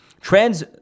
Trans